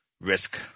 risk